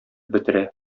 бетерә